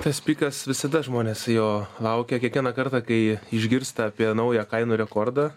tas pikas visada žmonės jo laukia kiekvieną kartą kai išgirsta apie naują kainų rekordą